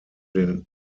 den